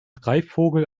greifvogel